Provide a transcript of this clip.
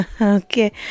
okay